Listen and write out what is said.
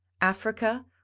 africa